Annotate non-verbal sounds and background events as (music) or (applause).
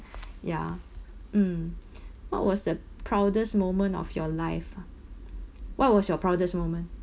ya mm (breath) what was the proudest moment of your life ah what was your proudest moment